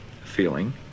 feeling